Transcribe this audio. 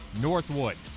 Northwood